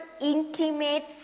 intimate